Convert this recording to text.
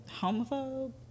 homophobe